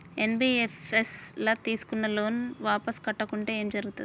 NBFS ల తీస్కున్న loan వాపస్ కట్టకుంటే ఏం జర్గుతది?